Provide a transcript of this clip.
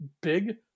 big